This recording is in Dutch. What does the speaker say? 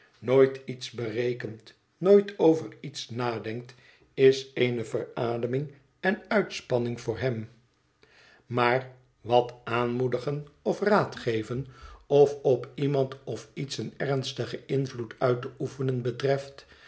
nooit iets berekent nooit over iets nadenkt is eene verademing en uitspanning voor hem maar wat aanmoedigen of raad geven of op iemand of iets een ernstigen invloed uit te oefenen betreft